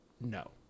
no